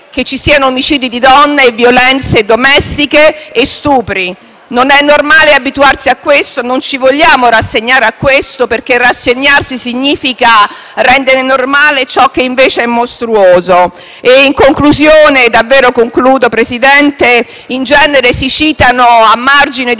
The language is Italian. che ci siano omicidi di donne, violenze domestiche e stupri. Non è normale abituarsi a questo e non ci vogliamo rassegnare, perché rassegnarsi significa rendere normale ciò che - invece - è mostruoso. In conclusione, desidero fare una citazione. In genere, a margine di